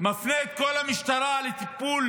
מפנה את כל המשטרה לטיפול